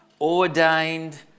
ordained